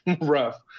rough